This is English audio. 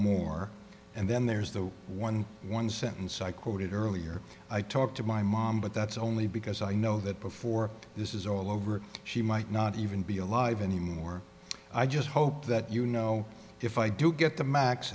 more and then there's the one one sentence i quoted earlier i talked to my mom but that's only because i know that before this is all over she might not even be alive anymore i just hope that you know if i do get the max